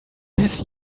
his